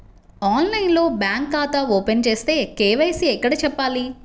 ఆన్లైన్లో బ్యాంకు ఖాతా ఓపెన్ చేస్తే, కే.వై.సి ఎక్కడ చెప్పాలి?